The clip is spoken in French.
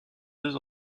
deux